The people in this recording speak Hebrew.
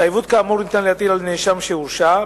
התחייבות כאמור ניתן להטיל על נאשם שהורשע,